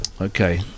Okay